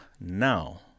now